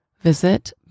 Visit